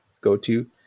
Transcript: go-to